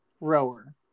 rower